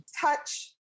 Touch